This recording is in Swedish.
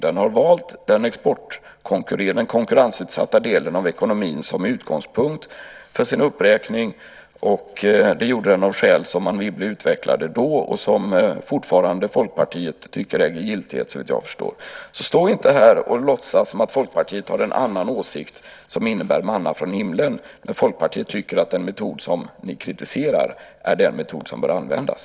Den har valt den konkurrensutsatta delen av ekonomin som utgångspunkt för sin uppräkning av skäl som Anne Wibble utvecklade då och som Folkpartiet fortfarande tycker äger giltighet, såvitt jag förstår. Så stå inte här och låtsas som att Folkpartiet har en annan åsikt som innebär manna från himlen, när ni i Folkpartiet tycker att den metod som ni kritiserar är den metod som bör användas.